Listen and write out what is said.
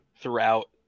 throughout